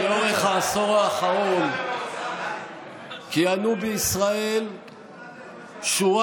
לאורך העשור האחרון כיהנו בישראל שורה